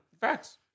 Facts